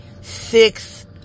six